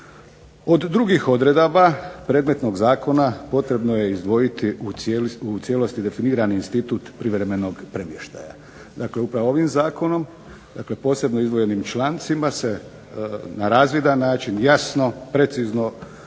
Od drugih odredaba predmetnog zakona potrebno je izdvojiti u cijelosti definiran institut privremenog premještaja, dakle upravo ovim zakonom dakle posebno izdvojenim člancima se na razvidan način, jasno, precizno